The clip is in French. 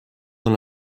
dans